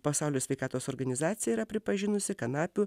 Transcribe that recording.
pasaulio sveikatos organizacija yra pripažinusi kanapių